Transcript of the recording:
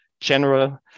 general